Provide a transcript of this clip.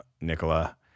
Nicola